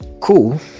Cool